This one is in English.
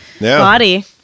body